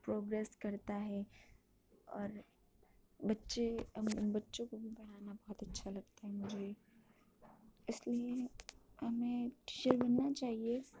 progress کرتا ہے اور بچے اور بچوں کو بھی پڑھانا بہت اچھا لگتا ہے مجھے اس لیے ہمیں ٹیچر بننا چاہیے